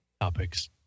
Topics